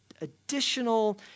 additional